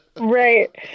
Right